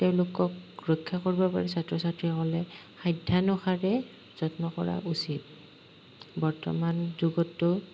তেওঁলোকক ৰক্ষা কৰিব পাৰে ছাত্ৰ ছাত্ৰীসকলে সাধ্যানুসাৰে যত্ন কৰা উচিত বৰ্তমান যুগততো